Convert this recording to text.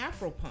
Afropunk